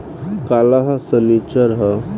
काल्ह सनीचर ह